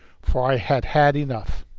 for i had had enough.